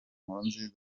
nkurunziza